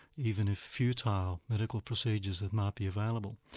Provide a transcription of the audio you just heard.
even futile medical procedures that might be available.